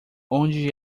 onde